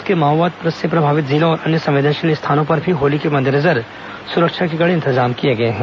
प्रदेश के माओवाद से प्रभावित जिलों और अन्य संवेदनशील स्थानों पर भी होली के मद्देनजर सुरक्षा के कड़े इंतजाम किए गए हैं